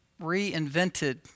reinvented